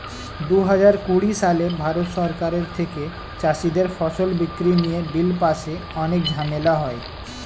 দুহাজার কুড়ি সালে ভারত সরকারের থেকে চাষীদের ফসল বিক্রি নিয়ে বিল পাশে অনেক ঝামেলা হয়